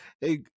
hey